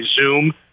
Zoom